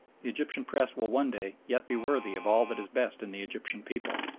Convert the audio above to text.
the egyptian press will one day yet be worthy of all that is best in the egyptian people,